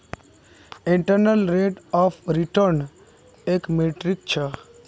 internal rate of return एक metric छ